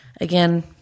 again